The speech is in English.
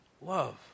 love